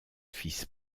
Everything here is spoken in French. fils